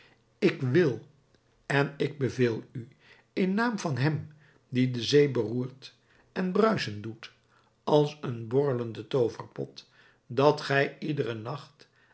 ik wil en ik beveel u in naam van hem die de zee beroert en bruischen doet als een borrelenden tooverpot dat gij iederen nacht